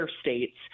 states